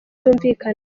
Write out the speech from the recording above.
yumvikanamo